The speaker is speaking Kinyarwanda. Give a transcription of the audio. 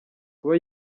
kuba